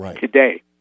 today